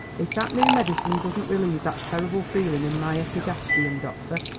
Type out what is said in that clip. if that new medicine doesn't relieve that terrible feelin' in my epigastrium, doctor